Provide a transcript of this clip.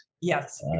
Yes